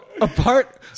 apart